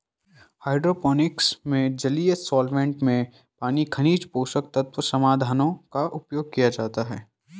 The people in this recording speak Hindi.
हाइड्रोपोनिक्स में जलीय सॉल्वैंट्स में पानी खनिज पोषक तत्व समाधानों का उपयोग किया जाता है